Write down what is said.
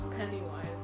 Pennywise